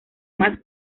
más